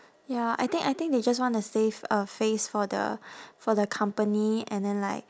ya I think I think they just wanna save uh face for the for the company and then like